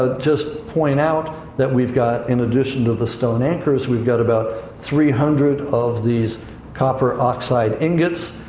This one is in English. ah just point out that we've got, in addition to the stone anchors, we've got about three hundred of these copper oxide ingots.